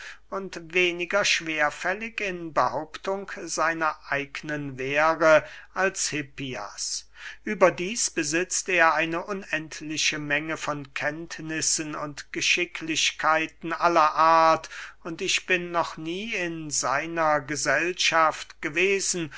und weniger schwerfällig in behauptung seiner eignen wäre als hippias überdieß besitzt er eine unendliche menge von kenntnissen und geschicklichkeiten aller art und ich bin noch nie in seiner gesellschaft gewesen